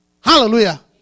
Hallelujah